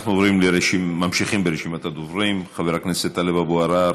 אנחנו ממשיכים ברשימת הדוברים: חבר הכנסת טלב אבו עראר,